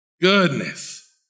Goodness